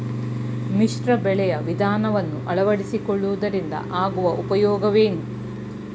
ಮಿಶ್ರ ಬೆಳೆಯ ವಿಧಾನವನ್ನು ಆಳವಡಿಸಿಕೊಳ್ಳುವುದರಿಂದ ಆಗುವ ಉಪಯೋಗವೇನು?